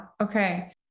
Okay